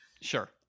Sure